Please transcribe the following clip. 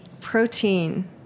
protein